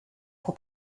pour